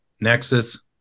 Nexus